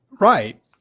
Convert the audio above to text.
Right